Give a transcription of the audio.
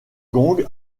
gong